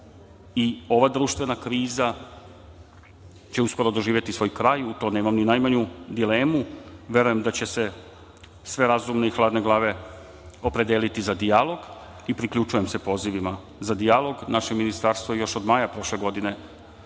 i ova društvena kriza će uskoro doživeti svoj kraj, u to nemam ni najmanju dilemu. Verujem da će se sve razumno i hladne glave opredeliti za dijalog, i priključujem se pozivima za dijalog. Naše ministarstvo je još od maja prošle godine uspostavilo